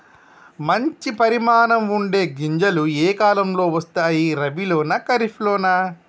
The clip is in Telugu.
మంచి పరిమాణం ఉండే గింజలు ఏ కాలం లో వస్తాయి? రబీ లోనా? ఖరీఫ్ లోనా?